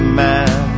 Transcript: man